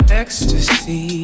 ecstasy